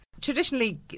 Traditionally